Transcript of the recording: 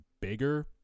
bigger